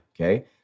okay